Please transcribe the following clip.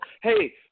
Hey